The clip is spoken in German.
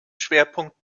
schwerpunkt